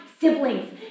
siblings